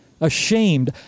Ashamed